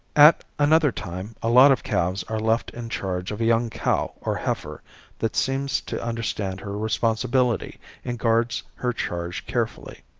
at another time a lot of calves are left in charge of a young cow or heifer that seems to understand her responsibility and guards her charge carefully.